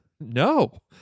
No